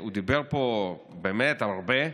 הוא דיבר פה באמת על הרבה,